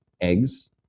eggs